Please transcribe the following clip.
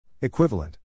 Equivalent